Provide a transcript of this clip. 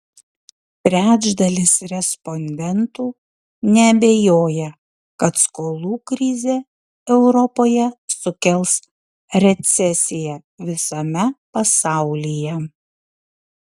trečdalis respondentų neabejoja kad skolų krizė europoje sukels recesiją visame pasaulyje